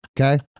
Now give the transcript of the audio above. Okay